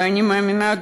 ואני מאמינה,